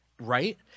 right